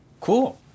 Cool